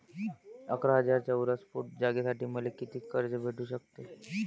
अकरा हजार चौरस फुट जागेसाठी मले कितीक कर्ज भेटू शकते?